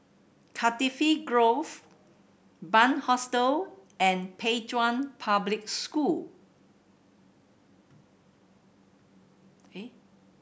Cardifi Grove Bunc Hostel and Pei Chun Public School